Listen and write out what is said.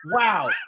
Wow